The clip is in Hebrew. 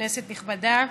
כנסת נכבדה,